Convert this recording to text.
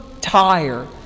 tire